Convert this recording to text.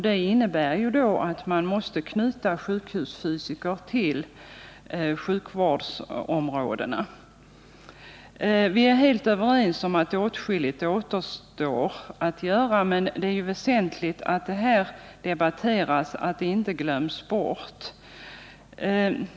Det innebär ju att man måste knyta sjukhusfysiker till sjukvårdsområdena. Vi är helt överens om att åtskilligt återstår att göra. Men det är väsentligt att de här problemen debatteras och inte glöms bort.